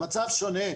המצב שונה,